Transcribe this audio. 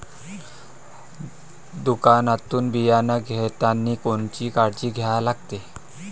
दुकानातून बियानं घेतानी कोनची काळजी घ्या लागते?